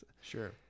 Sure